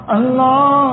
Allah